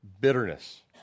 bitterness